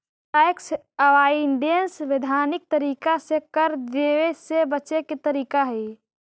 tax avoidance वैधानिक तरीका से कर देवे से बचे के तरीका हई